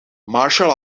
martial